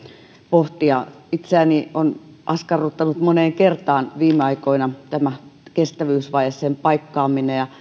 pohtia itseäni on askarruttanut moneen kertaan viime aikoina tämä kestävyysvaje sen paikkaaminen